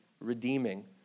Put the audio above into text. redeeming